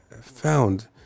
found